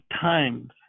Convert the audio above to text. times